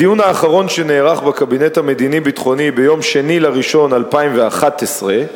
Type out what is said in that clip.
בדיון האחרון שנערך בקבינט המדיני-ביטחוני ביום 2 בינואר 2011,